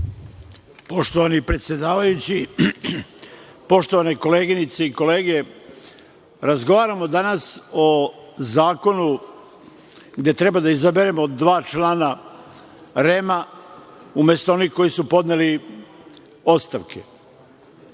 Poštovani predsedavajući, poštovane koleginice i kolege, razgovaramo danas o zakonu gde treba da izaberemo dva člana REM-a, umesto onih koji su podneli ostavke. Nema